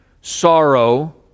sorrow